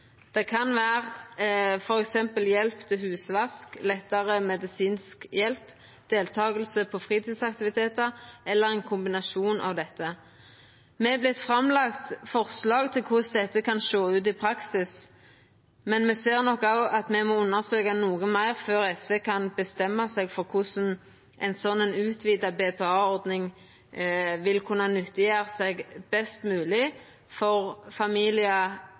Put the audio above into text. Det kan vera f.eks. hjelp til husvask, lettare medisinsk hjelp, deltaking på fritidsaktivitetar eller ein kombinasjon av dette. Me har vorte framlagt forslag til korleis dette kan sjå ut i praksis, men me ser nok òg at me må undersøka noko meir før SV kan bestemma seg for korleis ei slik utvida BPA-ordning vil kunna vera til best mogleg nytte for familiar